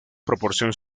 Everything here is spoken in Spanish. proporción